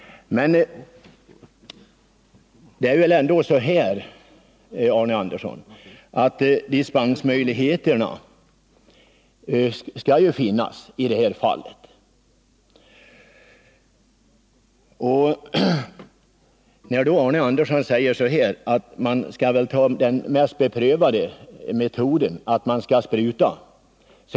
Jag vill bara säga att det skall finnas dispensmöjligheter. Arne Andersson säger att man skall använda den mest beprövade metoden och avser då den kemiska lövslybekämpningen.